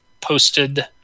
posted